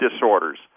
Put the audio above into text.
disorders